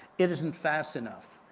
it isn't fast enough.